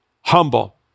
humble